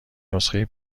نسخه